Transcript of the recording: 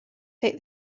take